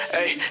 ayy